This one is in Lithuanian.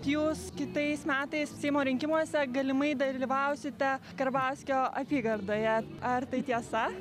jūs kitais metais seimo rinkimuose galimai dalyvausite karbauskio apygardoje ar tai tiesa